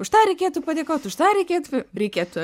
už tą reikėtų padėkot už tą reikėtų reikėtų